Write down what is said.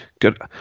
good